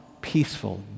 peaceful